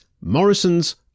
Morrison's